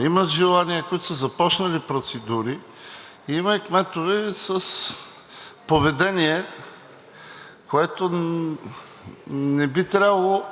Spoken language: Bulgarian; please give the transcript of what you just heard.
имат желание, които са започнали процедури, има и кметове с поведение, което не би трябвало